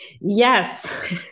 Yes